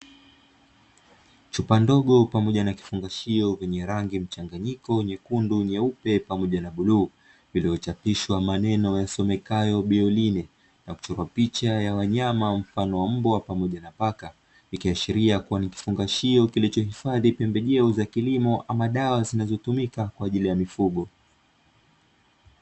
Chupa ndogo pamoja na kifungashio vyenye rangi mchanganyiko nyekundu nyeupe pamoja na bluu, viliochapishwa maneno yasomekayo "bioline' na kuchorwa picha ya wanyama mfano wa mbwa pamoja na paka, vikiashiria kuwa nikifungashio kilichohifadhi pembejeo za kilimo ama dawa zinazotumika kwa ajili ya mifugo.